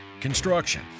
construction